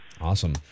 Awesome